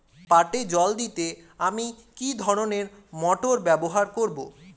পাটে জল দিতে আমি কি ধরনের মোটর ব্যবহার করব?